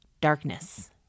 darkness